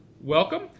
Welcome